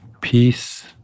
Peace